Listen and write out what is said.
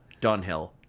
Dunhill